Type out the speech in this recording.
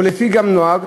או גם לפי נוהג,